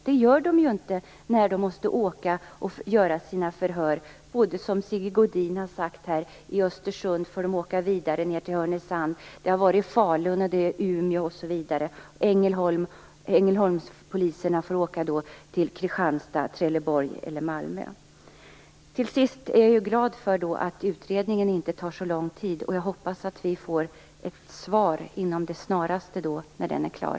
Det gör de inte när de måste åka och hålla sina förhör från Östersund till - och från Ängelholm till Kristianstad, Trelleborg eller Malmö. Till sist är jag glad för att utredningen inte tar så lång tid. Jag hoppas att vi får ett svar med det snaraste när den är klar.